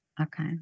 Okay